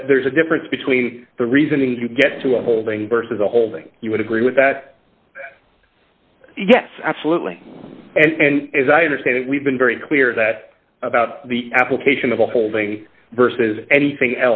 but there's a difference between the reasoning you get to the holding versus the holding you would agree with that yes absolutely and as i understand it we've been very clear that about the application of the holding versus anything